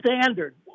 standard